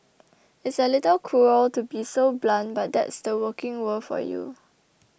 it's a little cruel to be so blunt but that's the working world for you